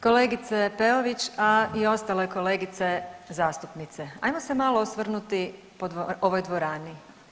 Kolegice Peović, a i ostale kolegice zastupnice, ajmo se malo osvrnuti po ovoj dvorani.